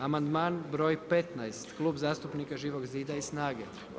Amandman broj 15., Klub zastupnika Živog zida i SNAGA-e.